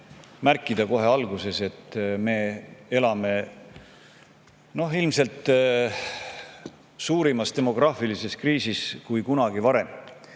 märkida kohe alguses, et me elame ilmselt suuremas demograafilises kriisis kui kunagi varem.